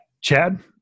Chad